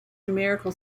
numerical